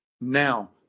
Now